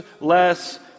less